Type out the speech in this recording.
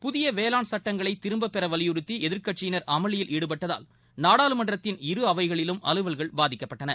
புதிய வேளாண் சுட்டங்களை திரும்பப் பெற வலியுறத்தி எதிர்கட்சியினர் அமளியில் ஈடுபட்டதால் நாடாளுமன்றத்தின் இரு அவைகளிலும் அலுவல்கள் பாதிக்கப்பட்டன